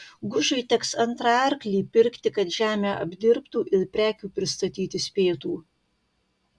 gužui teks antrą arklį pirkti kad žemę apdirbtų ir prekių pristatyti spėtų